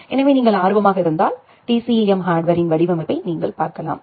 எனவே நீங்கள் ஆர்வமாக இருந்தால் TCAM ஹார்ட்வேர்ரின் வடிவமைப்பை நீங்கள் பார்க்கலாம்